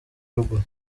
ruguru